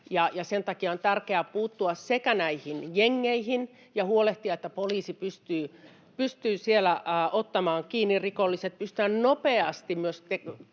Sen takia on tärkeää puuttua näihin jengeihin ja huolehtia, että poliisi pystyy siellä ottamaan kiinni rikolliset,